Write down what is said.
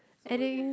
adding